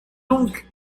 donc